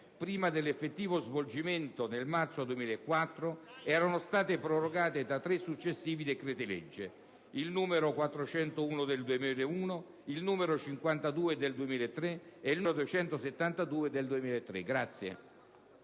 prima dell'effettivo svolgimento nel marzo 2004, erano state prorogate da tre successivi decreti-legge (il n. 411 del 2001, il n. 52 del 2003 e il n. 272 del 2003).